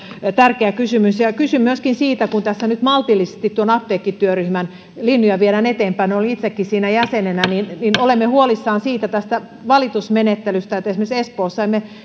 tärkeä kysymys kysyn myöskin kun tässä nyt maltillisesti tuon apteekkityöryhmän linjoja viedään eteenpäin olin itsekin siinä jäsenenä niin niin olemme huolissamme tästä valitusmenettelystä siitä että esimerkiksi espoossa